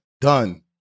Done